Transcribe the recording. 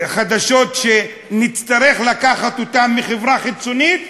חדשות שנצטרך לקחת מחברה חיצונית,